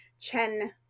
Chen